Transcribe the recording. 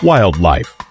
Wildlife